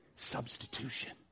substitution